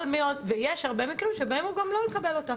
יש הרבה מקרים בהם הוא גם לא יקבל אותה.